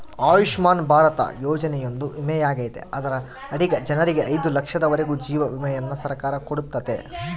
ಆಯುಷ್ಮನ್ ಭಾರತ ಯೋಜನೆಯೊಂದು ವಿಮೆಯಾಗೆತೆ ಅದರ ಅಡಿಗ ಜನರಿಗೆ ಐದು ಲಕ್ಷದವರೆಗೂ ಜೀವ ವಿಮೆಯನ್ನ ಸರ್ಕಾರ ಕೊಡುತ್ತತೆ